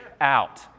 out